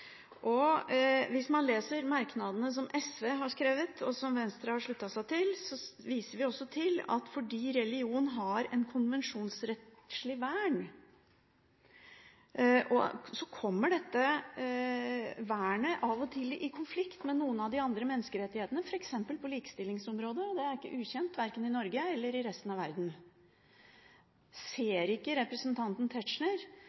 faktorer. Hvis man leser merknadene som SV har skrevet – og som Venstre har sluttet seg til – ser man at vi viser til at retten til fri religionsutøvelse har et konvensjonsrettslig vern. Dette vernet kommer av og til i konflikt med noen av de andre menneskerettighetene, f.eks. på likestillingsområdet. Det er ikke ukjent, verken i Norge eller i resten av verden. Ser ikke representanten Tetzschner